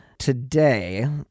Today